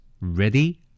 Ready